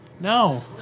No